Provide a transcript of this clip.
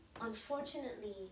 Unfortunately